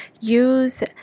use